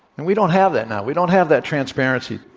and we don't have that now. we don't have that transparency,